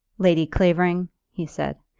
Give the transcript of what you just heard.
lady clavering, he said,